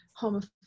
homophobic